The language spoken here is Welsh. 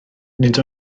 nid